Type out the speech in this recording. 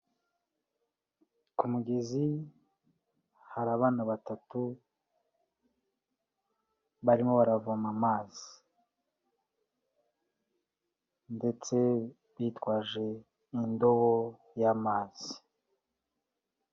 Ku mugezi hari abana batatu barimo baravoma amazi ndetse bitwaje n'indobo y'amazi. .